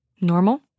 Normal